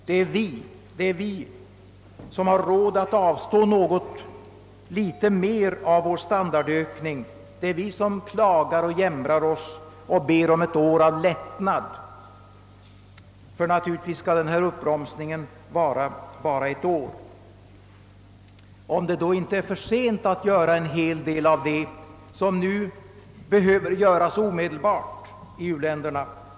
Det är vi, vi som har råd att avstå något litet mer av vår standardökning, det är vi som klagar och jämrar oss och ber om ett år av lättnad. Ty naturligtvis skall denna uppbromsning vara endast ett år — om det då inte är för sent att göra en hel del av det som behöver göras nu omedelbart i u-länderna.